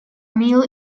meal